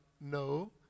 no